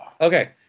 Okay